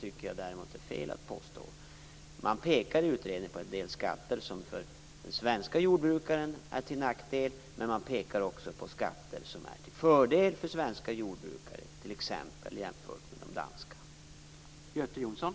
Utredningen pekar på en del skatter som är till nackdel för den svenska jordbrukaren, men man pekar också på skatter som är till fördel för svenska jordbrukare, t.ex. jämfört med de danska.